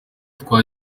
twa